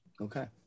Okay